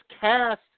cast